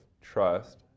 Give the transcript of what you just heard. trust